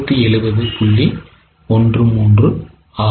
13 ஆகும்